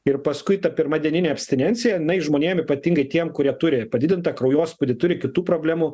ir paskui ta pirmadieninė abstinencija jinai žmonėm ypatingai tiem kurie turi padidintą kraujospūdį turi kitų problemų